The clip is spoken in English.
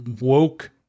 woke